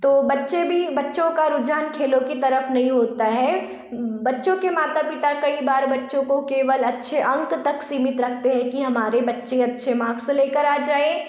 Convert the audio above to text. तो बच्चे भी बच्चों का रुझान खेलों की तरफ नहीं होता है बच्चों के माता पिता कई बार बच्चों को केवल अच्छे अंक तक सीमित रखते हैं कि हमारे बच्चे अच्छे मार्क्स लेकर आ जाए